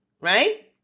Right